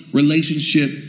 relationship